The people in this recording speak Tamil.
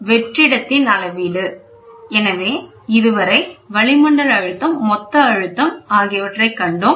வெற்றிடத்தின் அளவீடு எனவே இதுவரை வளிமண்டல அழுத்தம் மொத்த அழுத்தம் ஆகியவற்றைக் கண்டோம்